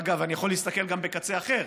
אגב, אני יכול להסתכל גם בקצה האחר,